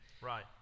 Right